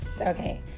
Okay